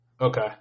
Okay